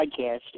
podcast